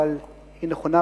אבל היא נכונה,